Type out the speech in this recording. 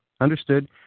Understood